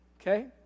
Okay